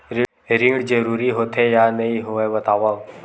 ऋण जरूरी होथे या नहीं होवाए बतावव?